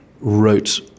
wrote